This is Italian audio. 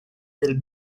del